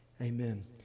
amen